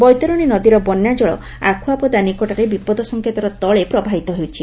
ବୈତରଣୀ ନଦୀର ବନ୍ୟାଜଳ ଆଖୁଆପଦା ନିକଟରେ ବିପଦ ସଂକେତର ତଳେ ପ୍ରବାହିତ ହେଉଛି